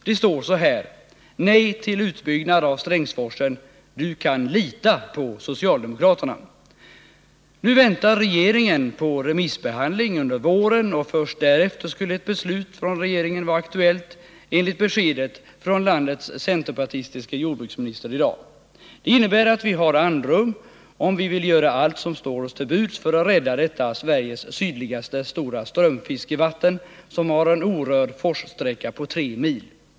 Det står så här: Du kan lita på socialdemokraterna Nu väntar regeringen på remissbehandling under våren, och först därefter skulle ett regeringsbeslut vara aktuellt enligt beskedet från landets centerpartistiske jordbruksminister i dag. Det innebär att vi har andrum, om vi vill göra allt som ståt oss till buds för att rädda detta Sveriges sydligaste stora strömfiskevatten, som har en orörd forssträcka på 3 mil.